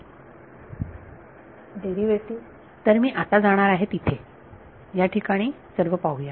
विद्यार्थी डेरिव्हेटिव्ह तर मी आता जाणार आहे तिथे या ठिकाणी सर्व पाहूया